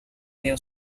new